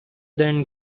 than